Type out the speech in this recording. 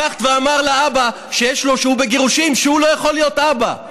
לקחת ואמרת לאבא שהוא בגירושין שהוא לא יכול להיות אבא.